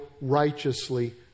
righteously